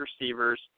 receivers